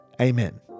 Amen